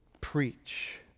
preach